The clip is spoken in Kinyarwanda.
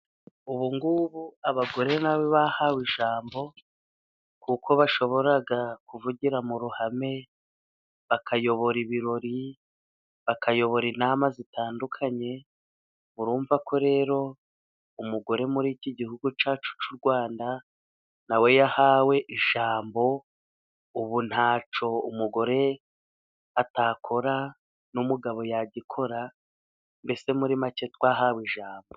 Ubu ngubu abagore nabo bahawe ijambo kuko bashobora kuvugira mu ruhame, bakayobora ibirori ,bakayobora inama zitandukanye, murumvako rero umugore muri iki gihugu cyacu cy'u Rwanda ,na we yahawe ijambo .Ubu ntacyo umugore atakora n'umugabo yagikora, mbese muri make twahawe ijambo.